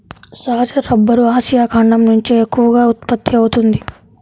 సహజ rubber Asia ఖండం నుంచే ఎక్కువగా ఉత్పత్తి అవుతోంది